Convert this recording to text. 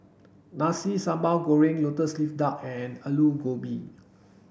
Nasi Sambal Goreng lotus leaf duck and Aloo Gobi